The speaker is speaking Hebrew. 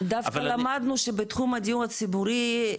אבל --- דווקא למדנו שבתחום הדיור הציבורי,